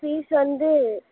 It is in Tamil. ஃபீஸ் வந்து